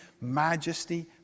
majesty